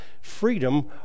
freedom